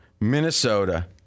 Minnesota